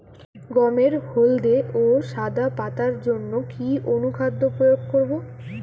গমের হলদে ও সাদা পাতার জন্য কি অনুখাদ্য প্রয়োগ করব?